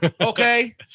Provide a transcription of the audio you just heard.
Okay